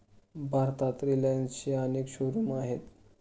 भारतात रिलायन्सचे अनेक शोरूम्स आहेत